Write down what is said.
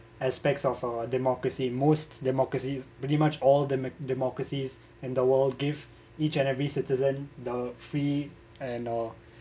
aspects of uh democracy most democracies pretty much all the de~ democracies and the wall give each and every citizen the free and a